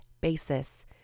basis